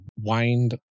wind